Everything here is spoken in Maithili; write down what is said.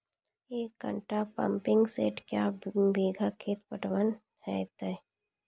एक घंटा पंपिंग सेट क्या बीघा खेत पटवन है तो?